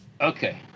Okay